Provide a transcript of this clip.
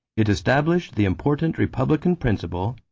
it established the important republican principle,